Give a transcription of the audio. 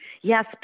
Yes